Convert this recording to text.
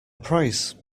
price